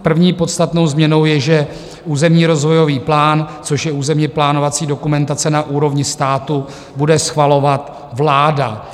První podstatnou změnou je, že územní rozvojový plán, což je územněplánovací dokumentace na úrovni státu, bude schvalovat vláda.